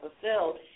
fulfilled